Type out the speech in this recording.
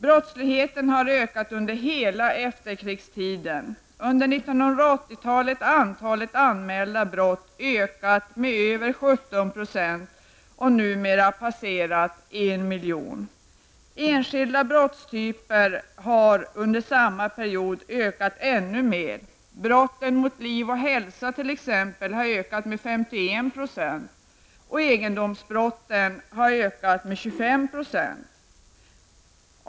Brottsligheten har ökat under hela efterkrigstiden. Under 1980-talet har antalet anmälda brott ökat med över 17 %, och numera har detta antal passerat en miljon. Enskilda brottstyper har under samma period ökat ännu mer. Brotten mot liv och hälsa har t.ex. ökat med 51 %, och egendomsbrotten har ökat med 25 %.